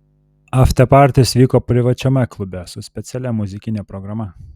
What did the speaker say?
aftepartis vyko privačiame klube su specialia muzikine programa